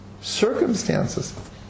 circumstances